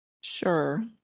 Sure